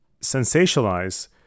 sensationalize